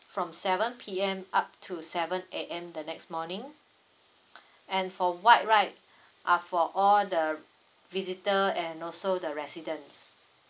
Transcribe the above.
from seven P_M up to seven A_M the next morning and for white right are for all the visitor and also the residence